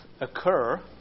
occur